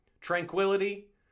Tranquility